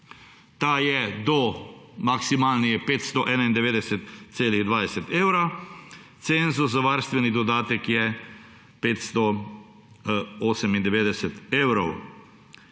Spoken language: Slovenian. dodatka. Maksimalni je 591,20 evra, cenzus za varstveni dodatek je 598 evrov.